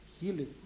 healing